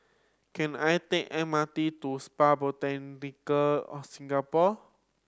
can I take M R T to Spa Botanica of Singapore